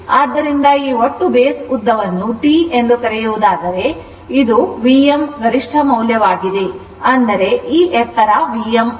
ಆದ್ದರಿಂದ ಈ ಒಟ್ಟು base ಉದ್ದವನ್ನು T ಎಂದು ಕರೆಯುವುದಾದರೆ ಇದು Vm ಅಂದರೆ ಗರಿಷ್ಠ ಮೌಲ್ಯವಾಗಿದೆ ಈ ಎತ್ತರ Vm ಆಗಿದೆ